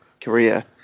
Korea